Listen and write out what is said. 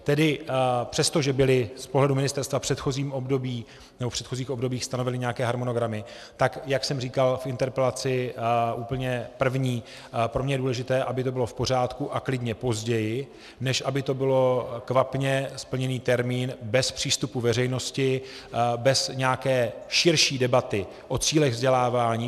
Tedy přestože byly z pohledu ministerstva v předchozím období nebo v předchozích obdobích stanoveny nějaké harmonogramy, tak jak jsem říkal v interpelaci úplně první, pro mě je důležité, aby to bylo v pořádku a klidně později, než aby to byl kvapně splněný termín bez přístupu veřejnosti, bez nějaké širší debaty o cílech vzdělávání.